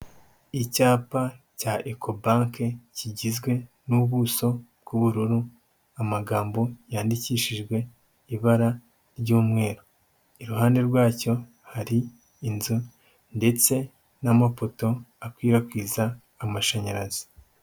Icyapa cya Eko banke kigizwe n'ubuso bw'ubururu, amagambo yandikishijwe ibara ry'umweru, iruhande rwacyo hari inzu ndetse n'amapoto akwirakwiza amashanyarazi.